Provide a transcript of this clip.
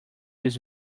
use